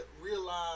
Realize